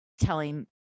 telling